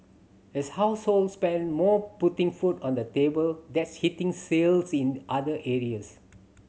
as households spend more putting food on the table that's hitting sales in other areas